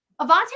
Avante